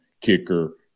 kicker